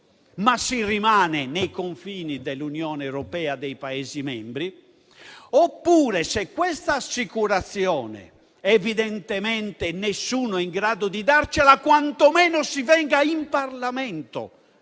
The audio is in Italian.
ma si rimane nei confini dell'Unione europea e dei Paesi membri, oppure, se questa assicurazione evidentemente nessuno è in grado di darcela, quantomeno si venga in Parlamento